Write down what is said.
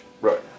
Right